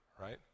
right